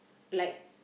like